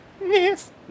Yes